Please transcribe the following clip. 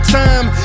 time